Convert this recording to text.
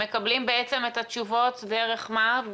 הם מקבלים את התשובות דרך מה?